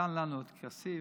נתן לנו את כסיף,